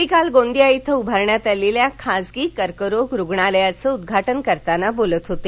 ते काल गोंदिया भुं उभारण्यात आलेल्या खासगी कर्करोग रुग्णालयाचं उद्घाटन करताना बोलत होते